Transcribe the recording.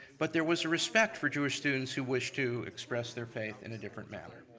but there was a respect for jewish students who wish to express their faith in a different manner.